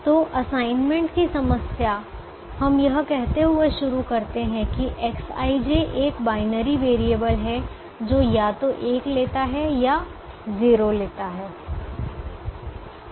तो असाइनमेंट की समस्या हम यह कहते हुए शुरू करते हैं कि Xij एक बाइनरी वैरिएबल है जो या तो 1 लेता है या 0 लेता है